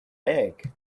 egg